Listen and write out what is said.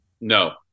No